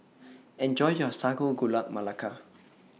Enjoy your Sago Gula Melaka